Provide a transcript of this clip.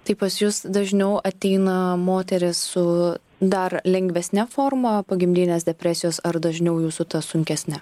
tai pas jus dažniau ateina moterys su dar lengvesne forma pogimdyvinės depresijos ar dažniau jau su ta sunkesne